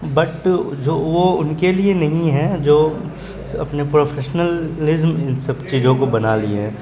but جو وہ ان کے لیے نہیں ہیں جو اپنے پروفیشنلزم ان سب چیزوں کو بنا لیے ہیں